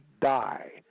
die